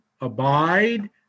abide